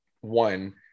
One